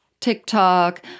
TikTok